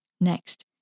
Next